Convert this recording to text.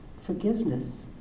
Forgiveness